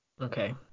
okay